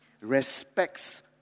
respects